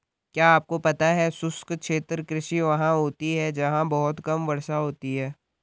क्या आपको पता है शुष्क क्षेत्र कृषि वहाँ होती है जहाँ बहुत कम वर्षा होती है?